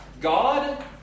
God